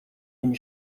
une